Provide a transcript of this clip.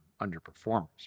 underperformers